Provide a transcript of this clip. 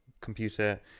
computer